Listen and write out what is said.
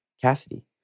Cassidy